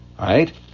right